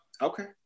Okay